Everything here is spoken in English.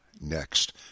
next